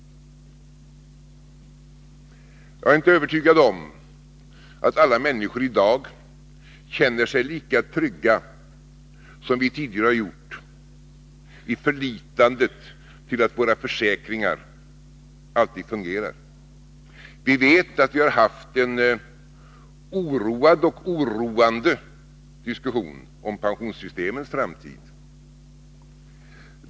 Jagär inte övertygad om att alla människor i dag känner sig lika trygga som vi tidigare har gjort i förlitandet till att våra försäkringar alltid fungerar. Vi vet att vi har haft en oroad och oroande diskussion om pensionssystemets framtid.